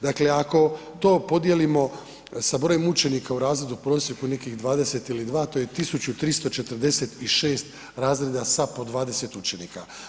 Dakle, ako to podijelimo sa brojem učenika u razredu, u prosjeku nekih 20 ili 2, to je 1346 razreda sa po 20 učenika.